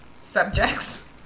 subjects